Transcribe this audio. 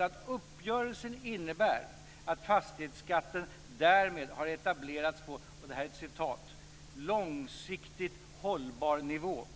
att uppgörelsen innebär att fastighetsskatten därmed har etablerats på långsiktigt hållbar nivå.